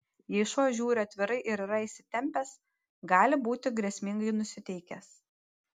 jei šuo žiūri atvirai ir yra įsitempęs gali būti grėsmingai nusiteikęs